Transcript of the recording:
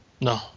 no